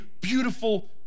beautiful